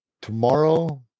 Tomorrow